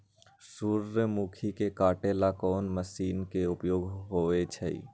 सूर्यमुखी के काटे ला कोंन मशीन के उपयोग होई छइ?